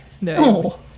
no